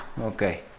Okay